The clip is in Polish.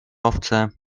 owce